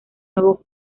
nuevo